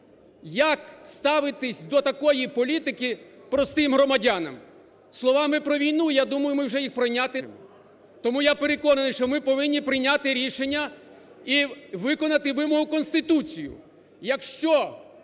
Як ставитись до такої політики простим громадянам. Словами про війну, я думаю, ми вже їх пройняти не можемо. Тому я переконаний, що ми повинні прийняти рішення і виконати вимогу Конституції.